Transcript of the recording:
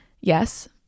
yes